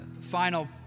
final